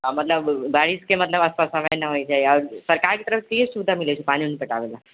आब मतलब बारिश के मतलब आब सब समय नहि होइ छै सरकार के तरफ़ से की ये सुविधा मिलै छै पानी ओनी पटाबै लए